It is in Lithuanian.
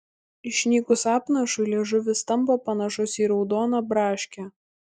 išnykus apnašui liežuvis tampa panašus į raudoną braškę